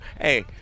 hey